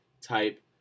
type